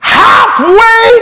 halfway